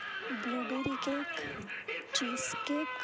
blue barry cake cheez cake